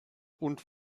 und